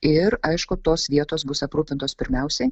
ir aišku tos vietos bus aprūpintos pirmiausiai